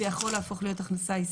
זה יכול להפוך להיות הכנסה עסקית.